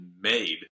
made